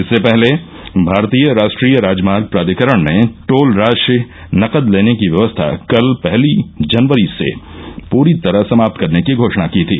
इससे पहले भारतीय राष्ट्रीय राजमार्ग प्राधिकरण ने टोल राशि नकद लेने की व्यवस्था कल पहली जनवरी से पूरी तरह समाप्त करने की घोषणा की थी